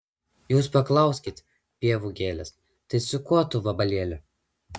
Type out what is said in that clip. jūs paklauskit pievų gėlės tai su kuo tu vabalėli